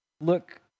look